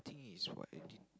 I think is white I did